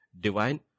Divine